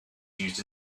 used